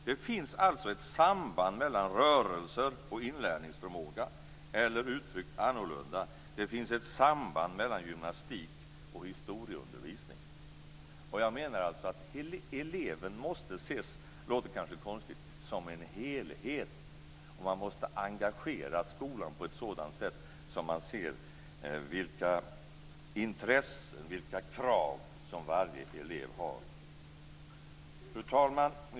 Det finns alltså ett samband mellan rörelser och inlärningsförmåga, eller uttryckt annorlunda: det finns ett samband mellan gymnastik och historieundervisningen. Det låter kanske konstigt, men eleven måste ses som en helhet, och man måste engagera skolan på ett sådant sätt att man ser vilka intressen och krav som varje elev har. Fru talman!